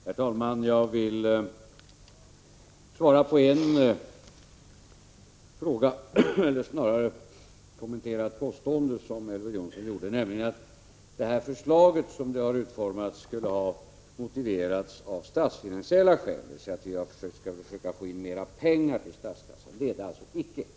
Herr talman! Jag vill svara på en fråga eller snarare kommentera ett påstående som Elver Jonsson gjorde, nämligen att detta förslag såsom det har utformats skulle ha motiverats av statsfinansiella skäl, dvs. att vi skulle försöka få in mer pengar till statskassan. Så är det alltså inte.